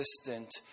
assistant